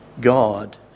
God